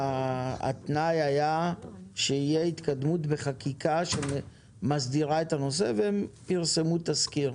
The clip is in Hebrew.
התנאי היה שתהיה התקדמות בחקיקה שמסדירה את הנושא והם פרסמו תזכיר.